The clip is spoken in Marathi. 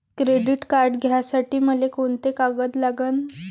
क्रेडिट कार्ड घ्यासाठी मले कोंते कागद लागन?